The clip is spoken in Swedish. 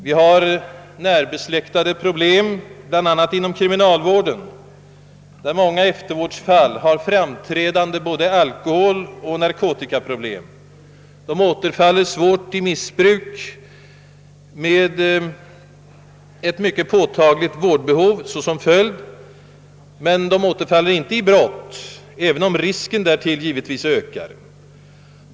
Vi har närbesläktade problem inom bl.a. kriminalvården, där många eftervårdsfall har framträdande alkoholoch narkotikaproblem. De återfaller svårt i missbruk med ett mycket påtagligt vårdbehov såsom följd, men de återfaller inte i brott, även om risken därför givetvis ökar.